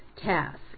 task